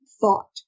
thought